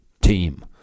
team